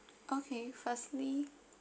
okay firstly